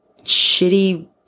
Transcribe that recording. shitty